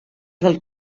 del